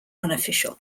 unofficial